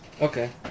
Okay